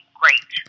great